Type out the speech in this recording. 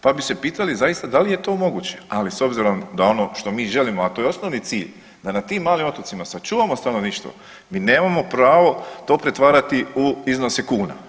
Pa bi se pitali zaista da li je to moguće, ali s obzirom da ono što mi želimo, a to je osnovni cilj da na tim malim otocima sačuvamo stanovništvo mi nemamo pravo to pretvarati u iznose kuna.